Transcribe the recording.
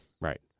Right